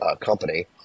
company